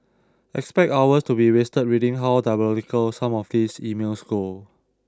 expect hours to be wasted reading how diabolical some of these emails go